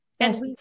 yes